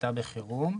לקליטה בחירום,